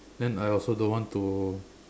then I also don't want to